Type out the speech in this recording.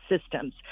systems